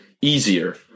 easier